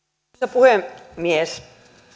puhemies